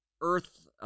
Earth